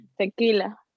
Tequila